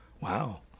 wow